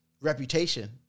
reputation